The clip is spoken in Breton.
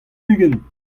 ugent